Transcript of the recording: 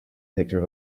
picture